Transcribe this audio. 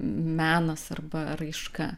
menas arba raiška